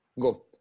go